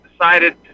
decided